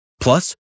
Plus